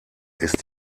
ist